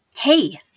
Hey